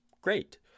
great